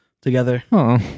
together